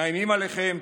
מאיימים עליכם,